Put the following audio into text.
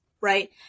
right